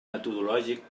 metodològic